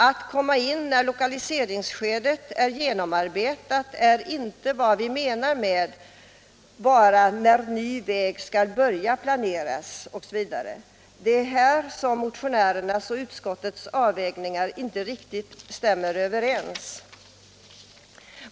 Att komma in när lokaliseringsskedet är genomarbetat är inte vad vi anser vara ”när ny väg skall börja planeras” osv. Det är här som motionärernas och utskottets avvägningar inte riktigt stämmer överens.